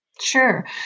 Sure